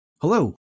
Hello